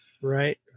Right